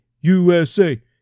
USA